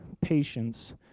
patience